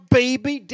baby